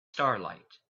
starlight